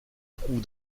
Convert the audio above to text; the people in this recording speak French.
trouve